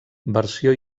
versió